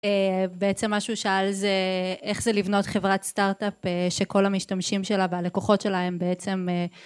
בעצם מה שהוא שאל זה איך זה לבנות חברת סטארט-אפ שכל המשתמשים שלה והלקוחות שלה הם בעצם